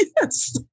Yes